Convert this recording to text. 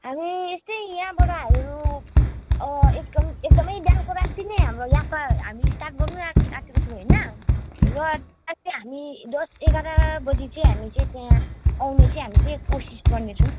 हामी यस्तै यहाँबाट हामीहरू एकदम एकदमै बिहानको राती नै हाम्रो यात्रा हामी स्टार्ट गर्नु आँटेको छौँ होइन र त्यहाँ चाहिँ हामी दस एघार बजी चाहिँ हामी चाहिँ त्यहाँ आउने चाहिँ हामी चाहिँ कोसिस गर्नेछौँ